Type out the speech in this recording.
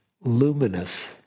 luminous